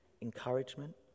encouragement